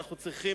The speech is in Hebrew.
אנחנו צריכים,